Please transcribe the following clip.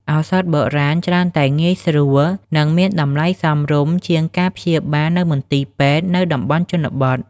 ឱសថបុរាណច្រើនតែងាយស្រួល និងមានតម្លៃសមរម្យជាងការព្យាបាលនៅមន្ទីរពេទ្យនៅតំបន់ជនបទ។